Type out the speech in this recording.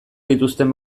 dituzten